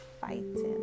fighting